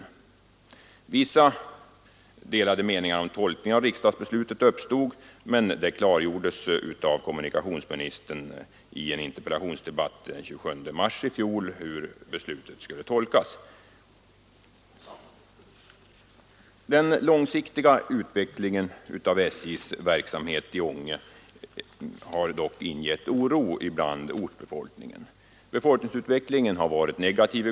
Det uppstod delade meningar om tolkningen av riksdagsbeslutet, men kommunikationsministern klargjorde i en interpellationsdebatt den 27 mars i fjol hur beslutet skulle tolkas. Den långsiktiga utvecklingen av SJ:s verksamhet har dock ingett ortsbefolkningen oro. Befolkningsutvecklingen i kommunen har varit negativ.